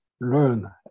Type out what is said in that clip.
learn